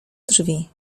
drzwi